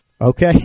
Okay